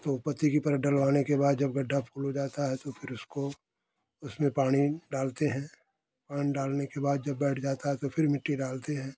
तो पत्ती की परत डलवाने के बाद जब गड्ढा फुल हो जाता है तो फिर उसको उसमें पानी डालते हैं पानी डालने के बाद जब बैठ जाता है तो फिर मिट्टी डालते हैं